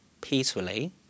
peacefully